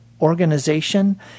Organization